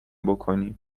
بکنیم